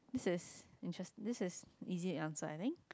this is interest this is easy to answer I think